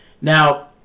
Now